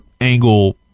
angle